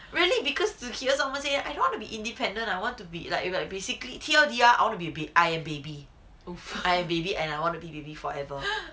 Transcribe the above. really because to hear someone say I don't wanna be independent I want to be like like basically here their want out to be I want to be a baby I am baby I am baby and I want to be baby forever